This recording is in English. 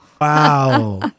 Wow